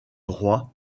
droit